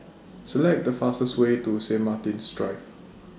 Select The fastest Way to Saint Martin's Drive